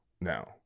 now